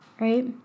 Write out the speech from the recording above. right